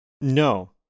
No